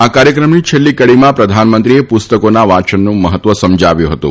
આ કાર્યક્રમની છેલ્લી કડીમાં પ્રધાનમંત્રીએ પુસ્તકોના વાચનનું મહત્વ સમજાવ્યું હતું